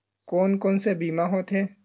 कोन कोन से बीमा होथे?